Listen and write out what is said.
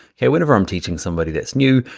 whenever i'm teaching somebody that's new,